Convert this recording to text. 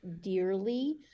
dearly